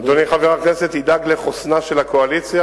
אדוני חבר הכנסת ידאג לחוסנה של הקואליציה,